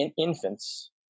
infants